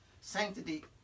sanctity